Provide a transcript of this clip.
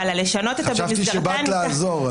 אבל לשנות את ה"במסגרתה ניתן" --- חשבתי שבאת לעזור.